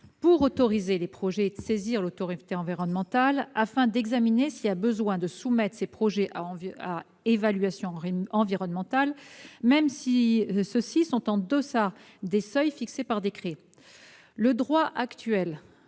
pour autoriser des projets de saisir l'autorité environnementale afin d'examiner s'il est nécessaire de soumettre ces projets à évaluation environnementale, même s'ils sont en deçà des seuils fixés par décret. Le droit actuel